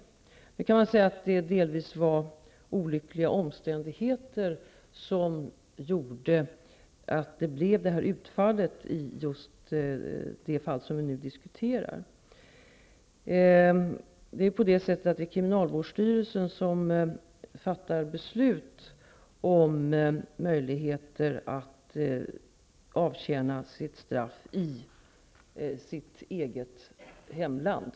Det var delvis olyckliga omständigheter som gjorde att utfallet blev som det blev i just det fall som vi nu diskuterar. Det är kriminalvårdsstyrelsen som fattar beslut om en persons möjligheter att få avtjäna sitt straff i sitt eget hemland.